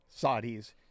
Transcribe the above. Saudis